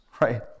right